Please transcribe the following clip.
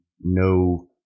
no